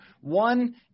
one